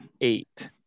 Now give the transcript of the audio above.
eight